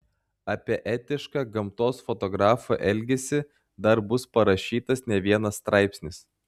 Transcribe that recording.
apie etišką gamtos fotografo elgesį dar bus parašytas ne vienas straipsnis